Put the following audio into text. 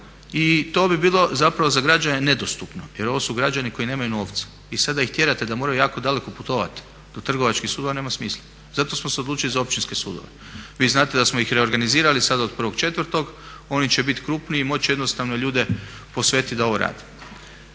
i to bi bilo zapravo za građane nedostupno jer ovo su građani koji nemaju novca i sada ih tjerate da moraju jako daleko putovati do trgovačkih sudova nema smisla. Zato smo se odlučili za općinske sudove. Vi znate da smo ih reorganizirali sad od 1.4. Oni će biti krupniji, moći će jednostavno ljude posvetiti da ovo rade.